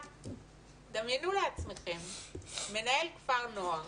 דמיינו לעצמכם מנהל כפר נוער,